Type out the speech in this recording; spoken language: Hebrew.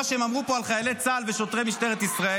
מה שהם אמרו פה על חיילי צה"ל ועל שוטרי משטרת ישראל,